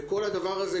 וכל הדבר הזה,